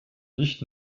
nicht